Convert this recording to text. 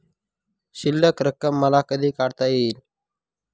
शिल्लक रक्कम मला कधी काढता येईल का?